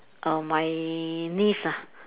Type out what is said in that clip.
err my niece ah